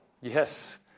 Yes